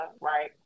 right